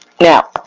Now